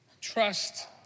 trust